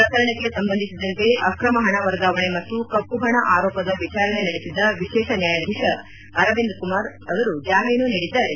ಪ್ರಕರಣಕ್ಷೆ ಸಂಬಂಧಿಸಿದಂತೆ ಅಕ್ರಮ ಹಣ ವರ್ಗಾವಣೆ ಮತ್ತು ಕಪ್ಪುಹಣ ಆರೋಪದ ವಿಚಾರಣೆ ನಡೆಸಿದ ವಿಶೇಷ ನ್ಯಾಯಾಧೀಶ ಅರವಿಂದ್ ಕುಮಾರ್ ಅವರು ಜಾಮೀನು ನೀಡಿದ್ದಾರೆ